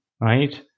right